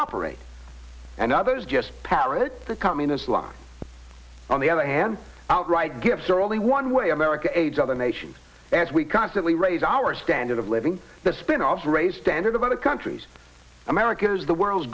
operate and others just parrot the communist line on the other hand out right gifts are only one way america aids other nations as we constantly raise our standard of living that spin us for a standard of other countries america is the world's